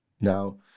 now